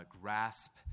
grasp